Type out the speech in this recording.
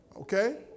Okay